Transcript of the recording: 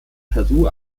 peru